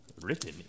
written